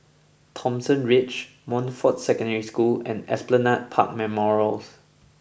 Thomson Ridge Montfort Secondary School and Esplanade Park Memorials